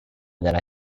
dalla